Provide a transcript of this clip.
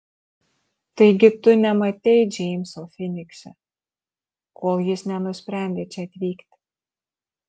taigi tu nematei džeimso finikse kol jis nenusprendė čia atvykti